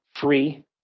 free